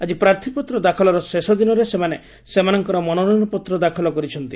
ଆଜି ପ୍ରାର୍ଥୀପତ୍ର ଦାଖଲର ଶେଷ ଦିନରେ ସେମାନେ ସେମାନଙ୍କର ମନୋନୟନ ପତ୍ର ଦାଖଲ କରିଛନ୍ତି